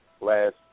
last